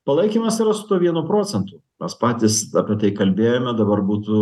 palaikymas tai yra su tuo vienu procentu mes patys apie tai kalbėjome dabar būtų